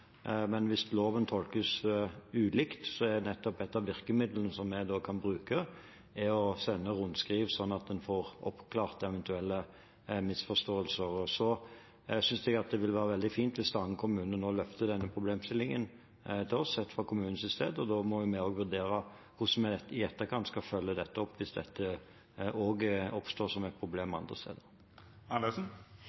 men hvis loven tolkes ulikt, er det å sende ut rundskriv et av virkemidlene vi kan bruke, slik at en får oppklart eventuelle misforståelser. Jeg synes det vil være veldig fint hvis Stange kommune nå løfter denne problemstillingen til oss, sett fra kommunens ståsted, og da må vi vurdere hvordan vi i etterkant skal følge det opp hvis dette oppstår som et problem